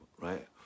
Right